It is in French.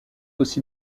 aussi